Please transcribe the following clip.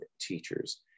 teachers